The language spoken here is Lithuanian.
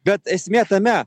bet esmė tame